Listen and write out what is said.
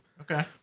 Okay